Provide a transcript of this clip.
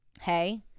hey